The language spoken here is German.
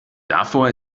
davor